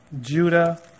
judah